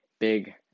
Big